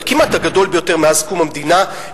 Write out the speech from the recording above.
כמעט הגדול ביותר מאז קום המדינה,